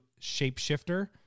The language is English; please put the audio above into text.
shapeshifter